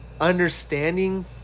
understanding